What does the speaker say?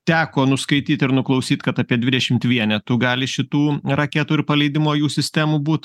teko nuskaityt ir nuklausyt kad apie dvidešimt vienetų gali šitų raketų ir paleidimo jų sistemų būt